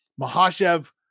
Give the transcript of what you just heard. Mahashev